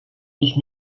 ich